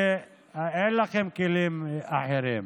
כי אין לכם כלים אחרים.